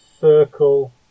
circle